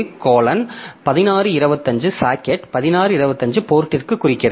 8 1625 socket 1625 போர்ட்ற்கு குறிக்கிறது